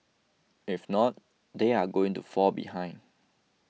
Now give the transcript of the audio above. if not they are going to fall behind